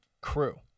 crew